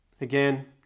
Again